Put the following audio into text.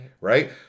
right